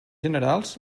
generals